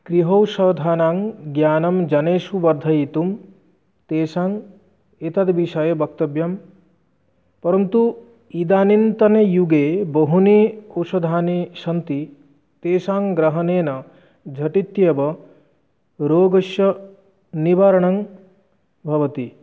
गृहौषधानाञ्ज्ञानं जनेषु वर्धयितुं तेषाम् एतद् विषये वक्तव्यं परन्तु इदानीन्तने युगे बहूनि औषधानि सन्ति तेषां ग्रहणेन झटित्येव रोगस्य निवारणं भवति